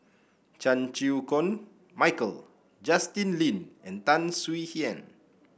Chan Chew Koon Michael Justin Lean and Tan Swie Hian